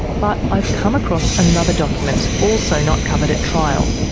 but i've come across another document also not covered at trial.